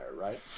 right